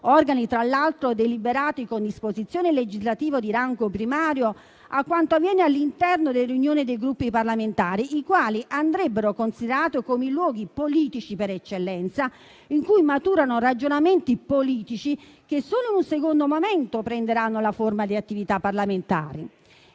organi tra l'altro deliberati con disposizione legislativo di rango primario - a quanto avviene all'interno delle riunioni dei Gruppi parlamentari, i quali andrebbero considerati come i luoghi politici per eccellenza in cui maturano ragionamenti politici che, solo in un secondo momento, prenderanno la forma di attività parlamentare.